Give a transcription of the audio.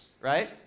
right